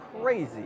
crazy